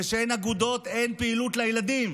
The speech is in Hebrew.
וכשאין אגודות אין פעילות לילדים,